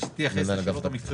לפני שאני אתייחס לשאלות המקצועיות,